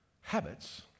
Habits